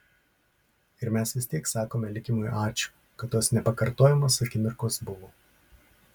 ir mes vis tiek sakome likimui ačiū kad tos nepakartojamos akimirkos buvo